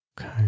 Okay